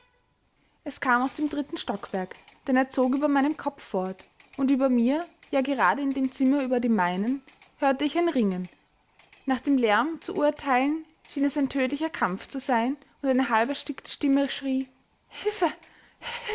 er kam aus dem dritten stockwerk denn er zog über meinen kopf fort und über mir ja gerade in dem zimmer über dem meinen hörte ich ein ringen nach dem lärm zu urteilen schien es ein tödlicher kampf zu sein und eine halberstickte stimme schrie hilfe